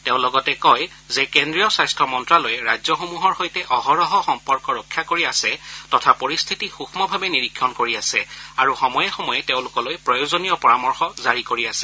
তেওঁ লগতে কয় যে কেন্দ্ৰীয় স্বাস্থ্য মন্তালয়ে ৰাজ্যসমূহৰ সৈতে অহৰহ সম্পৰ্ক ৰক্ষা কৰি আছে তথা পৰিস্থিতি সুক্ষভাৱে নীৰিক্ষণ কৰি আছে আৰু সময়ে সময়ে তেওঁলোকলৈ প্ৰয়োজনীয় পৰামৰ্শ জাৰি কৰি আছে